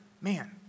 man